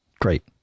Great